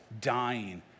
dying